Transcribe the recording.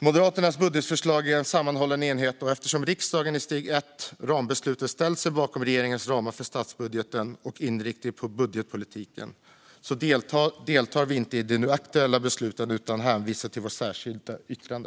Moderaternas budgetförslag är en sammanhållen enhet, och eftersom riksdagen i steg ett - rambeslutet - har ställt sig bakom regeringens ramar för statsbudgeten och inriktning för budgetpolitiken deltar vi inte i det nu aktuella beslutet. Vi hänvisar i stället till vårt särskilda yttrande.